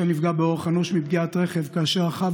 שנפגע באורח אנוש מפגיעת רכב כאשר רכב